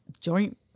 joint